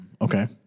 Okay